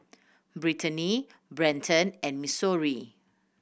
Britany Brenton and Missouri